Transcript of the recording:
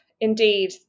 indeed